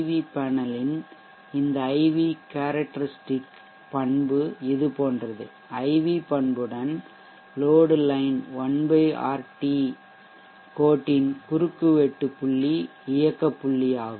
we பேனலின் இந்த IV characteristic பண்பு இது போன்றது IV பண்புடன் லோட் லைன் 1 RT கோட்டின் குறுக்குவெட்டு புள்ளி இயக்க புள்ளியாகும்